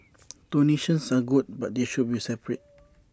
donations are good but they should be separate